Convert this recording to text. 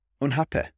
unhappy